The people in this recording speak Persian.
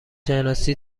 شناسی